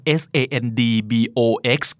sandbox